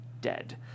Dead